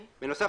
בנוסף,